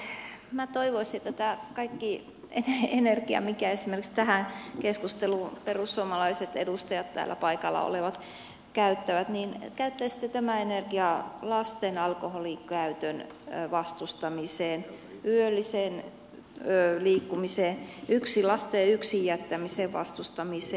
sitten minä toivoisin että tämän kaiken energian mitä esimerkiksi tähän keskusteluun perussuomalaiset edustajat täällä paikalla olevat käyttävät niin kätesi tämä energia ala käyttäisitte lasten alkoholinkäytön vastustamiseen yölliseen liikkumiseen lasten yksin jättämisen vastustamiseen